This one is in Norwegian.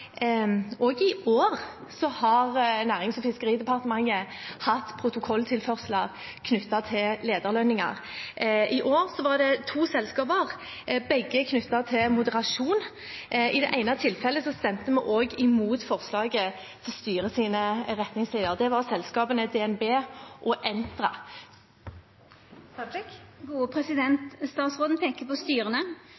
i år har Nærings- og fiskeridepartementet hatt protokolltilførsler knyttet til lederlønninger – i år i to selskaper, begge knyttet til moderasjon. I det ene tilfellet stemte vi også mot forslaget til styrets retningslinjer. Det var selskapene DNB og